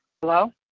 hello